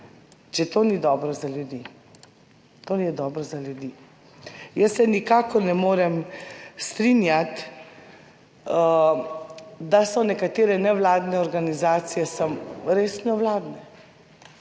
Če to ni dobro za ljudi, to ni dobro za ljudi. Jaz se nikakor ne morem strinjati, da so nekatere nevladne organizacije so res nevladne.